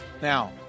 Now